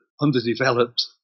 underdeveloped